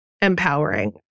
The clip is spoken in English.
empowering